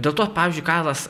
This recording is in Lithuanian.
dėl to vat pavyzdžiui karlas